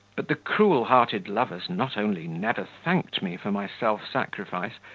but the cruel-hearted lovers not only never thanked me for my self-sacrifice,